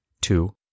Two